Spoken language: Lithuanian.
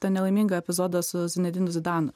tą nelaimingą epizodą su zinedinu zidanu